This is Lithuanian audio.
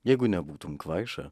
jeigu nebūtum kvaiša